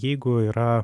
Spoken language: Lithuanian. jeigu yra